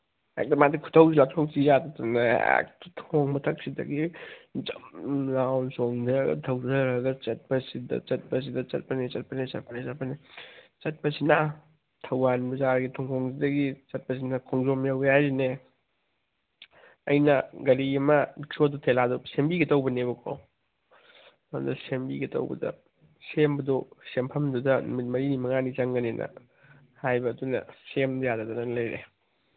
ꯍꯦꯛꯇ ꯃꯥꯗꯤ ꯈꯨꯊꯧ ꯂꯥꯛꯊꯧꯁꯤ ꯌꯥꯗꯗꯅ ꯍꯦꯛꯇ ꯊꯣꯡ ꯃꯊꯛꯁꯤꯗꯒꯤ ꯖꯝ ꯂꯥꯎꯅ ꯆꯣꯡꯗꯔꯒ ꯊꯧꯗꯔꯒ ꯆꯠꯄꯁꯤꯗ ꯆꯠꯄꯁꯤꯗ ꯆꯠꯄꯅꯦ ꯆꯠꯄꯅꯦ ꯆꯠꯄꯅꯦ ꯆꯠꯄꯅꯦ ꯆꯠꯄꯁꯤꯅ ꯊꯧꯕꯥꯜ ꯕꯖꯥꯔꯒꯤ ꯊꯣꯡꯈꯣꯡꯗꯒꯤ ꯆꯠꯄꯁꯤꯅ ꯈꯣꯡꯖꯣꯝ ꯌꯧꯋꯤ ꯍꯥꯏꯔꯤꯅꯦ ꯑꯩꯅ ꯒꯥꯔꯤ ꯑꯃ ꯔꯤꯛꯁꯣꯗꯣ ꯊꯦꯂꯥꯗꯣ ꯁꯦꯝꯕꯤꯒꯦ ꯇꯧꯕꯅꯤꯕꯀꯣ ꯑꯗ ꯁꯦꯝꯕꯤꯒꯦ ꯇꯧꯕꯗ ꯁꯦꯝꯕꯗꯣ ꯁꯦꯝꯐꯝꯗꯨꯗ ꯅꯨꯃꯤꯠ ꯃꯔꯤꯅꯤ ꯃꯉꯥꯅꯤ ꯆꯪꯉꯅꯤꯅ ꯍꯥꯏꯕ ꯑꯗꯨꯅ ꯁꯦꯝ ꯌꯥꯗꯗꯅ ꯂꯩꯔꯦ